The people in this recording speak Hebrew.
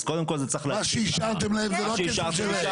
אז קודם כל זה צריך להישאר --- מה שאישרתם להם זה לא הכסף שלה.